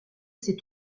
ces